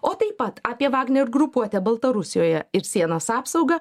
o taip pat apie vagner grupuotę baltarusijoje ir sienos apsaugą